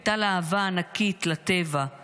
הייתה לה אהבה ענקית לטבע,